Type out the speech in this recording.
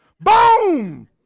boom